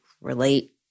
relate